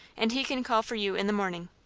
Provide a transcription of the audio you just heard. and he can call for you in the morning.